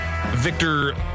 Victor